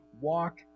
walk